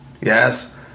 Yes